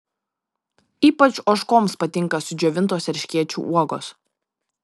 ypač ožkoms patinka sudžiovintos erškėčių uogos